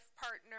partner